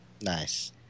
Nice